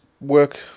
work